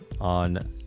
on